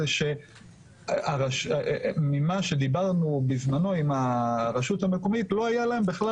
זה ממה שדיברנו בזמנו עם הרשות המקומית לא היה להם בכלל